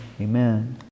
Amen